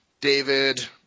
David